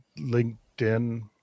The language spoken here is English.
LinkedIn